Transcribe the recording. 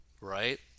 right